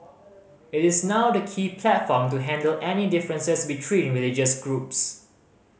it is now the key platform to handle any differences between religious groups